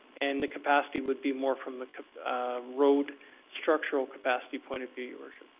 and the capacity would be more from the road structural capacity point of view, your worship.